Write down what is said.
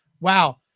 Wow